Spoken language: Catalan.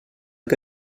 que